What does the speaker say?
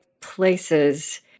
places